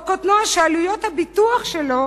או על קטנוע שעלויות הביטוח שלו